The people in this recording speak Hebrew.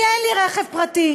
כי אין לי רכב פרטי.